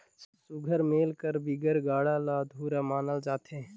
सुग्घर मेल कर बिगर गाड़ा ल अधुरा मानल जाथे